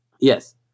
Yes